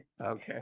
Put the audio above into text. Okay